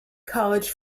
college